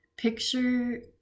Picture